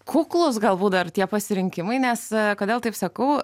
kuklūs galbūt dar tie pasirinkimai nes kodėl taip sakau